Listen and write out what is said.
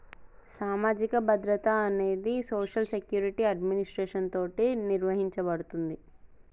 సామాజిక భద్రత అనేది సోషల్ సెక్యురిటి అడ్మినిస్ట్రేషన్ తోటి నిర్వహించబడుతుంది